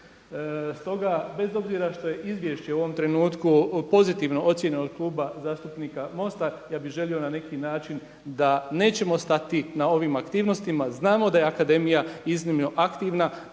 Stoga bez obzira što je izvješće u ovom trenutku pozitivna ocjena od Kluba zastupnika MOST-a, ja bih želio na neki način da nećemo stati na ovim aktivnostima. Znamo da je akademija iznimno aktivna,